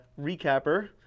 recapper